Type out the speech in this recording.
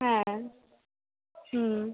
হ্যাঁ হুম